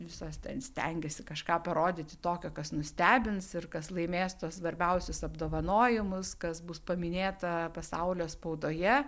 visos ten stengiasi kažką parodyti tokio kas nustebins ir kas laimės tuos svarbiausius apdovanojimus kas bus paminėta pasaulio spaudoje